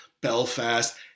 Belfast